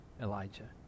Elijah